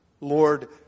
Lord